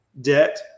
debt